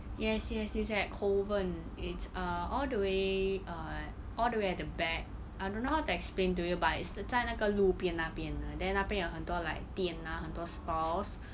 yes yes it's at kovan it's err all the way uh all the way at the back I don't know how to explain to you but it's the 在那个路边那边 ah then 那边有很多 like 店 ah 很多 stores